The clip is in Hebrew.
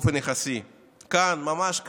באופן יחסי, כאן, ממש כאן,